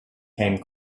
came